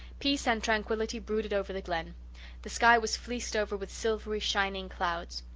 peace and tranquility brooded over the glen the sky was fleeced over with silvery, shining clouds.